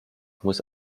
muss